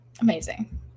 Amazing